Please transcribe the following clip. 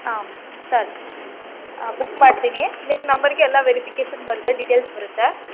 ಹಾಂ ಸರಿ ಬುಕ್ ಮಾಡ್ತೀನಿ ನಿಮ್ಮ ನಂಬರ್ಗೆ ಎಲ್ಲ ವೆರಿಫಿಕೇಷನ್ ಬರುತ್ತೆ ಡಿಟೇಲ್ಸ್ ಬರುತ್ತೆ